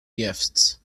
gifts